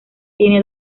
tiene